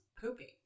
pooping